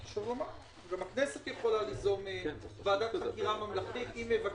הוועדה לענייני ביקורת המדינה יכולה להחליט